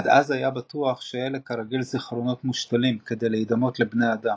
עד אז היה בטוח שאלה כרגיל זיכרונות מושתלים כדי לדמות לאדם,